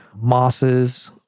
mosses